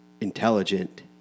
intelligent